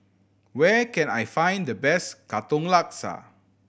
where can I find the best Katong Laksa